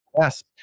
yes